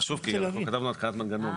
זה חשוב, כי אנחנו כתבנו התקנת מנגנון.